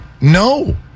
No